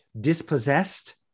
dispossessed